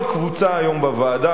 כל קבוצה היום בוועדה,